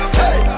hey